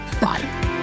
bye